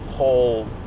whole